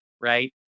right